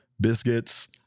Biscuits